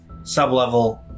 sublevel